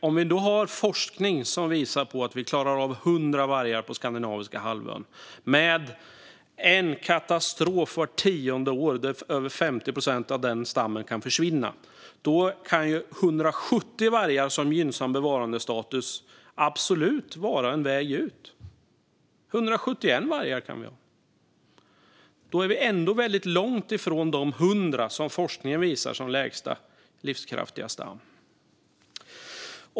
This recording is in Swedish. Om vi då har forskning som visar på att vi klarar av 100 vargar på Skandinaviska halvön med en katastrof vart tionde år, där över 50 procent av stammen kan försvinna, kan ju 170 vargar som gynnsam bevarandestatus absolut vara en väg ut. Vi kan ha 171 vargar. Då är vi ändå väldigt långt ifrån de 100 som forskningen visar som minsta livskraftiga stam.